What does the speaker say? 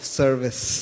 service